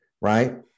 right